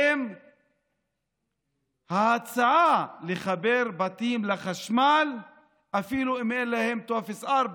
עם ההצעה לחבר בתים לחשמל אפילו אם אין להם טופס 4,